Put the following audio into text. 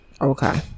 Okay